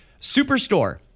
Superstore